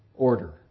order